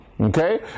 Okay